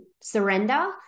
surrender